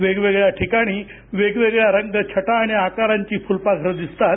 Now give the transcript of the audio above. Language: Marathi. वेगवेगळ्या ठिकाणी वेगवेगळ्या रंग छटा आणि आकारांची फुलपाखरं दिसतात